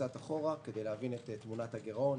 כדי להבין את תמונת הגירעון,